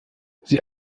sie